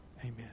amen